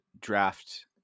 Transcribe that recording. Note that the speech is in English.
draft